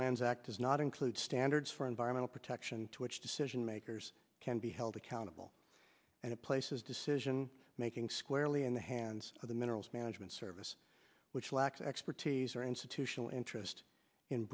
lands act does not include standards for environmental protection to which decision makers can be held accountable and it places decision making squarely in the hands of the minerals management service which lacks expertise or institutional interest in